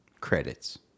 credits